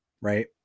Right